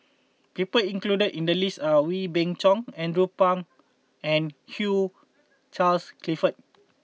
people included in the list are Wee Beng Chong Andrew Phang and Hugh Charles Clifford